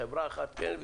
חברה אחת כן,